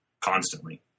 constantly